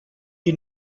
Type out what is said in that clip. you